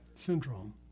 Syndrome